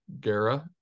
Gara